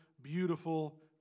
beautiful